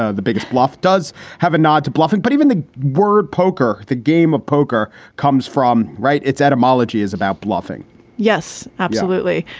ah the biggest bluff, does have a nod to bluffing. but even the word poker, the game of poker comes from. right. it's etymology is about bluffing yes, absolutely.